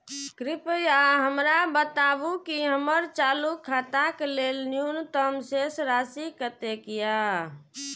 कृपया हमरा बताबू कि हमर चालू खाता के लेल न्यूनतम शेष राशि कतेक या